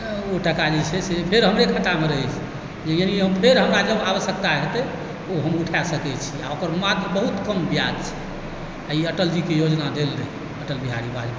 ओ टाका जे छै से फेर हमरे खातामे रहै छै जे यानि फेर हमरा जब आवश्यकता हेतैक ओ हम उठा सकैत छी आ ओकर मात्र बहुत कम ब्याज छै आओर ई अटल जीके योजना देल रहनि अटल बिहारी बाजपेयी जी